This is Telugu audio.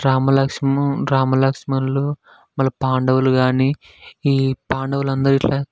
రామలక్ష్మ రామలక్ష్మణులు మళ్ళ పాండవులు కాని ఈ పాండవులు అందరూ ఇలా ఇది చేయడం వల్ల